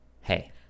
Hey